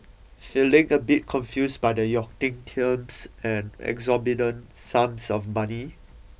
feeling a bit confused by the yachting terms and exorbitant sums of money